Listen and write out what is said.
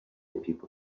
people